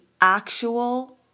actual